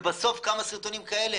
ובסוף כמה סרטונים כאלה.